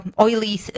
oily